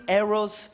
arrows